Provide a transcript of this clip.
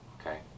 Okay